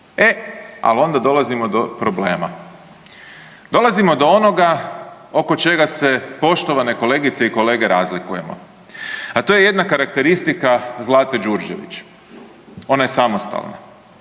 E, al onda dolazimo do problema. Dolazimo do onoga oko čega se poštovane kolegice i kolege razlikujemo, a to je jedna karakteristika Zlate Đurđević. Ona je samostalna.